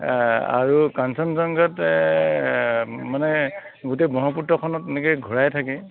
এ আৰু কাঞ্চনজংঘাত এ মানে গোটেই ব্ৰহ্মপুত্ৰখনত এনেকৈ ঘূৰাই থাকে